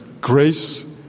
Grace